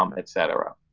um et cetera.